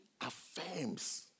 affirms